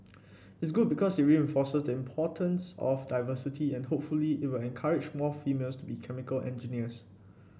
it's good because it reinforces the importance of diversity and hopefully it will encourage more females to be chemical engineers